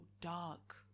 dark